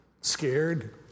scared